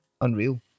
Unreal